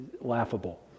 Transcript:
laughable